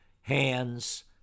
Hands